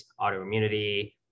autoimmunity